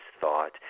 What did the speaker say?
thought